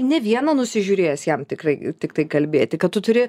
ne vieną nusižiūrėjęs jam tikrai tiktai kalbėti kad tu turi